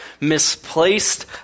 misplaced